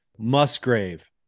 Musgrave